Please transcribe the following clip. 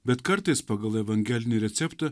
bet kartais pagal evangelinį receptą